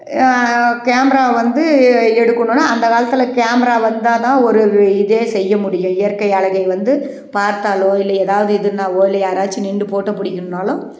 camera வந்து எடுக்கணும்ன்னா அந்த காலத்தில் கேமரா வந்தால் தான் ஒரு இதே செய்ய முடியும் இயற்கை அழகை வந்து பார்த்தாலோ இல்ல எதாவது இதுன்னாலோ இல்லை யாராச்சு நின்று ஃபோட்டோ பிடிக்கணுன்னாலும்